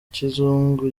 kizungu